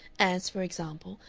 as, for example,